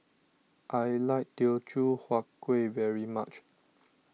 I like Teochew Huat Kueh very much